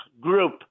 group